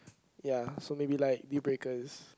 ya so maybe like deal breakers